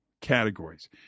categories